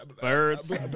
birds